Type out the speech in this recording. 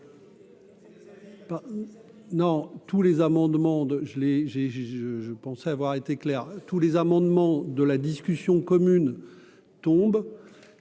donc tous les amendements de la discussion commune tombe